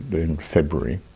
in february.